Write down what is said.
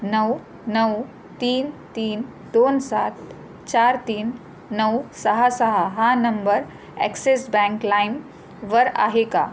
नऊ नऊ तीन तीन दोन सात चार तीन नऊ सहा सहा हा नंबर ॲक्सेस बँक लाइम वर आहे का